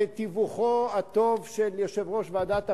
בתיווכו הטוב של יושב-ראש ועדת הפנים,